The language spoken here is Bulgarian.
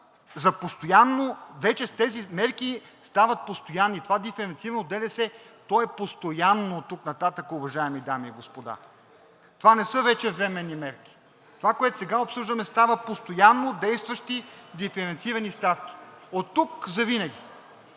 за постоянно. Тези мерки вече стават постоянни. Това диференцирано ДДС, то е постоянно оттук нататък, уважаеми дами и господа. Това не са вече временни мерки – това, което сега обсъждаме, а стават постоянно действащи диференцирани ставки – оттук завинаги.